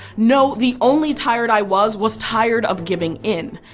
no, the only tired i was, was tired of giving in.